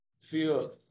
feel